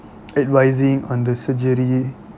advising on the surgery